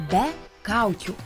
be kaukių